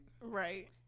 right